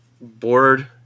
board